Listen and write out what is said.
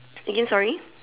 again sorry